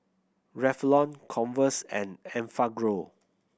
Revlon Converse and Enfagrow